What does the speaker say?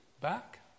back